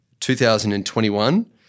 2021